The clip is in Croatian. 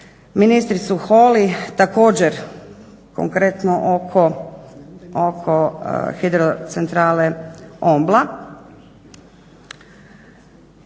ministricu Holy također konkretno oko hidrocentrale Ombla.